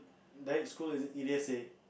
direct school is it the D_S_A